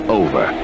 over